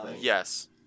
Yes